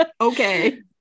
okay